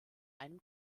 einem